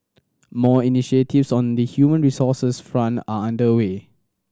more initiatives on the human resources front are under way